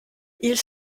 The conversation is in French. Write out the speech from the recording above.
ils